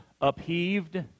upheaved